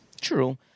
True